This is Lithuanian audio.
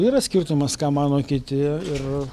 yra skirtumas ką mano kiti ir